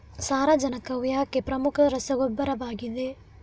ಸಾರಜನಕವು ಏಕೆ ಪ್ರಮುಖ ರಸಗೊಬ್ಬರವಾಗಿದೆ?